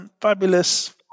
fabulous